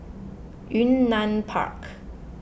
Yunnan Park